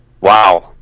Wow